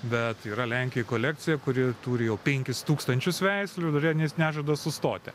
bet yra lenkijoj kolekcija kuri turi jau penkis tūkstančius veislių ir nieks nežada sustoti